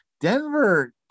Denver